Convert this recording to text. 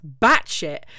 batshit